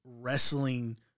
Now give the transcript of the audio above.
wrestling